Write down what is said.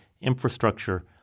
infrastructure